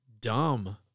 dumb